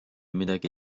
midagi